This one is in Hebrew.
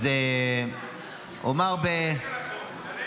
דלג על החוק, עבור ל-MRI.